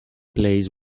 plays